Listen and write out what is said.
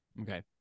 Okay